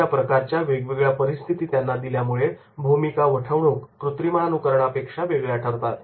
अशा प्रकारच्या वेगवेगळ्या परिस्थिती त्यांना दिल्यामुळे भूमिका वठवणुक कृत्रिमानुकरणापेक्षा वेगळ्या ठरतात